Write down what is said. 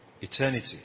eternity